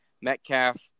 Metcalf